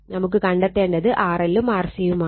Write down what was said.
നമുക്ക് കണ്ടത്തേണ്ടത് RL ഉം RC യുമാണ്